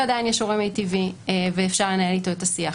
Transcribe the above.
ועדיין יש הורה מיטיבי ואפשר לנהל איתו את השיח.